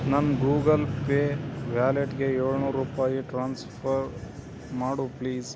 ನನ್ನ Google Pay ವ್ಯಾಲೆಟ್ಗೆ ಏಳ್ನೂರು ರೂಪಾಯಿ ಟ್ರಾನ್ಸ್ಫರ್ ಮಾಡು ಪ್ಲೀಸ್